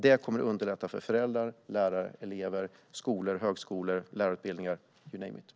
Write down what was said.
Det kommer att underlätta för föräldrar, lärare, elever, skolor, högskolor, lärarutbildningar - you name it.